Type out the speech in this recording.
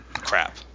crap